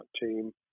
team